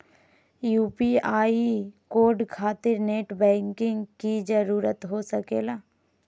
UPI code खातिर net banking की जरूरत हो सके ला?